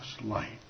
light